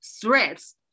threats